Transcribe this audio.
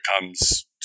becomes